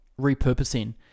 Repurposing